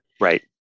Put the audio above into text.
right